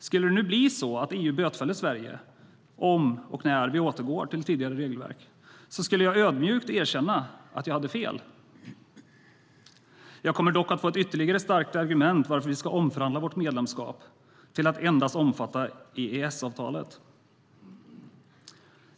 Skulle det nu bli så att EU bötfäller Sverige om och när vi återgår till tidigare regelverk ska jag ödmjukt erkänna att jag hade fel. Jag kommer dock att få ett ytterligare starkt argument för att vi ska omförhandla vårt medlemskap till att endast omfatta EES-avtalet.